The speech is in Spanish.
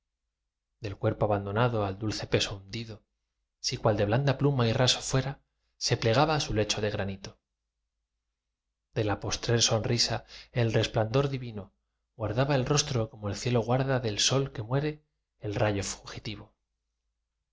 del cuerpo abandonado al dulce peso hundido cual si de blanda pluma y raso fuera se plegaba su lecho de granito de la postrer sonrisa el resplandor divino guardaba el rostro como el cielo guarda del sol que muere el rayo fugitivo